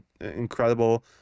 incredible